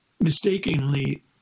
mistakenly